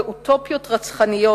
ואוטופיות רצחניות,